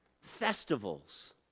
festivals